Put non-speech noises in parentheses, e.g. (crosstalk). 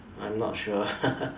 I'm not sure (laughs)